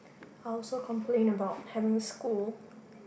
I also complain about having school